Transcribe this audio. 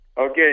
Okay